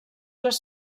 les